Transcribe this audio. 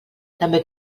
també